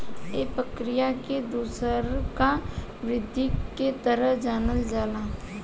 ए प्रक्रिया के दुसरका वृद्धि के तरह जानल जाला